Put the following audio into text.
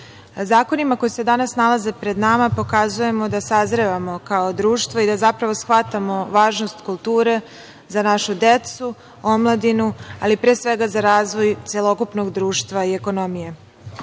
zakonima koji je danas nalaze pred nama pokazujemo da sazrevamo kao društvo i da zapravo shvatamo važnost kulture za naša decu, omladinu, ali pre svega za razvoj celokupnog društva i ekonomije.